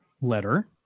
letter